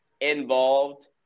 involved